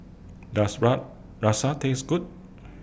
Does rub Taste Good